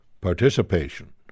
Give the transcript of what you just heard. participation